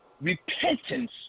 repentance